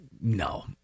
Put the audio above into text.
no